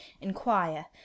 inquire